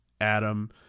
Adam